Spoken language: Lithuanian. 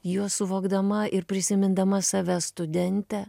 juos suvokdama ir prisimindama save studente